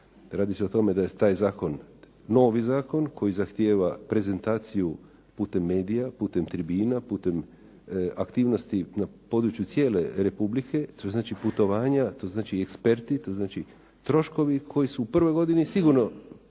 Radi se o tome da je taj zakon novi zakon koji zahtijeva prezentaciju putem medija, putem tribina, putem aktivnosti na području cijele Republike, to znači putovanja, to znači eksperti, to znači troškovi koji su u prvoj godini sigurno